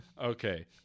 Okay